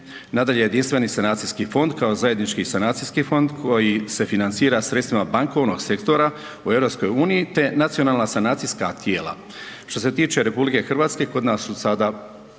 Nadalje, Jedinstveni sanacijski fond kao zajednički sanacijski fond koji se financira sredstvima bankovnog sektora u EU te nacionalna sanacijska tijela. Što se tiče RH kod nas su sada